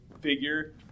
figure